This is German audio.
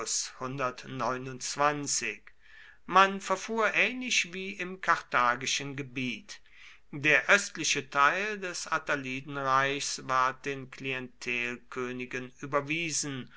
man verfuhr ähnlich wie im karthagischen gebiet der östliche teil des attalidenreichs ward den klientelkönigen überwiesen